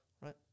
right